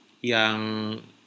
Yang